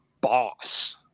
boss